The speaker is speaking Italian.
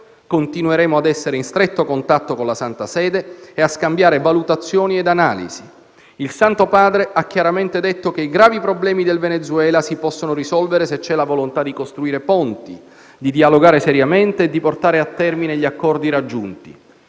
continueremo a essere in stretto contatto con la Santa Sede e a scambiare valutazioni e analisi. Il Santo Padre ha chiaramente detto che i gravi problemi del Venezuela si possono risolvere se c'è la volontà di costruire ponti, di dialogare seriamente e di portare a termine gli accordi raggiunti.